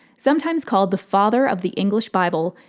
sometimes called the father of the english bible,